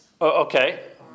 Okay